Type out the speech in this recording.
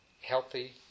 healthy